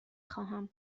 خواهم